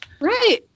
Right